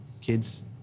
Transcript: kids